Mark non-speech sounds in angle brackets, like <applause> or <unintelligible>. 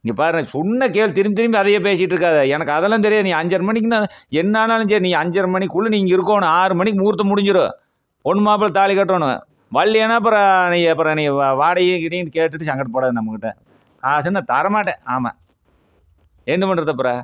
இங்கே பார் சொன்னால் கேள் திரும்பி திரும்பி அதையே பேசிகிட்ருக்காத எனக்கு அதெல்லாம் தெரியாது நீ அஞ்சரை மணிக்கு <unintelligible> என்ன ஆனாலும் சரி நீ அஞ்சரை மணிக்குள்ள நீ இங்கே இருக்கணும் ஆறு மணிக்கு முகூர்த்தம் முடிஞ்சிடும் பொண்ணு மாப்பிளை தாலி கட்டணும் வரலேனா அப்புறம் நீ அப்புறம் நீ வாடகை கீடகையின்னு கேட்டுட்டு சங்கடப்படாத நம்மகிட்ட காஸும் நான் தர மாட்டேன் ஆமாம் என்ன பண்ணுறது அப்புறம்